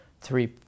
three